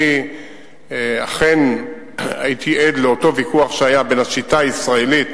אני אכן הייתי עד לאותו ויכוח שהיה בין השיטה הישראלית